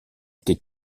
étaient